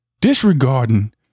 disregarding